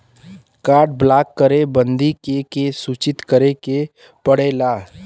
Card block करे बदी के के सूचित करें के पड़ेला?